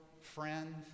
friend